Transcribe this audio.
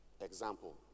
example